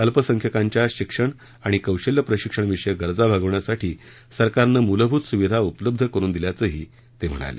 अल्पसंख्यकांच्या शिक्षण आणि कौशल्य प्रशिक्षण विषयक गरजा भागवण्यासाठी सरकारनं मूलभूत सुविधा उपलब्ध करुन दिल्याचंही ते म्हणाले